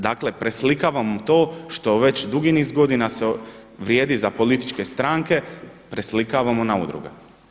Dakle, preslikavam to što već dugi niz godina vrijedi za političke stranke preslikavamo na udruge.